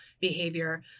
behavior